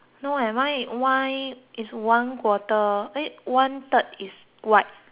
mine is one quarter eh one third is white